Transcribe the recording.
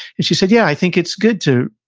and she said, yeah, i think it's good to.